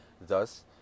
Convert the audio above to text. Thus